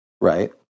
Right